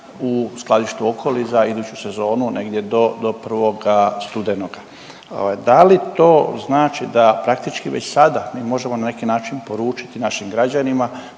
u skladištu Okoli za iduću sezonu negdje do 1. studenoga. Da li to znači da praktički već sada mi možemo na neki način poručiti našim građanima